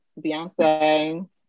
Beyonce